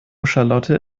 charlotte